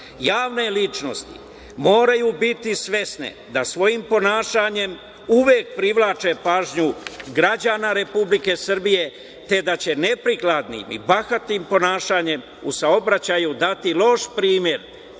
dana. Javne ličnosti moraju biti svesne da svojim ponašanjem uvek privlače pažnju građana Republike Srbije, te da će neprikladnim i bahatim ponašanjem u saobraćaju dati loš primer,